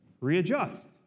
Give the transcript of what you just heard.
readjust